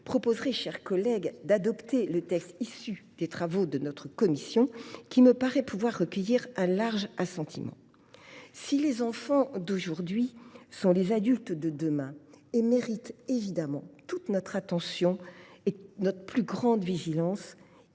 propose d’adopter le texte issu des travaux de notre commission, qui me paraît pouvoir recueillir un large assentiment. Si les enfants d’aujourd’hui sont les adultes de demain et s’ils méritent évidemment toute notre attention, il ne faut pas oublier